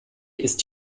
ist